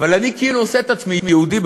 אבל אני כאילו עושה את עצמי יהודי,